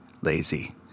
lazy